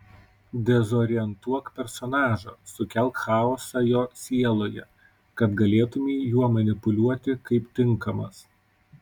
dezorientuok personažą sukelk chaosą jo sieloje kad galėtumei juo manipuliuoti kaip tinkamas